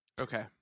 okay